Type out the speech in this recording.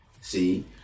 see